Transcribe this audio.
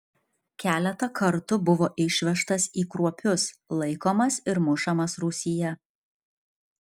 keletą kartų buvo išvežtas į kruopius laikomas ir mušamas rūsyje